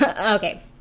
Okay